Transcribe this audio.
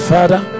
Father